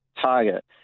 target